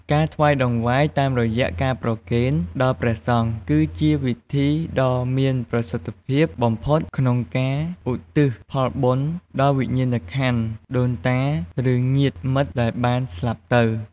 ការថ្វាយតង្វាយតាមរយៈការប្រគេនដល់ព្រះសង្ឃ គឺជាវិធីដ៏មានប្រសិទ្ធភាពបំផុតក្នុងការឧទ្ទិសផលបុណ្យ ដល់វិញ្ញាណក្ខន្ធដូនតា ឬញាតិមិត្តដែលបានស្លាប់ទៅ។